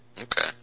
Okay